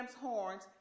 horns